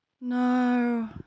No